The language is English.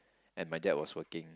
and my dad was working